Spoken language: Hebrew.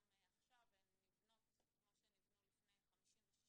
גם עכשיו הן נבנות כמו שנבנו לפני 50 ו-60